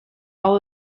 all